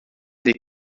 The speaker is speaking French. des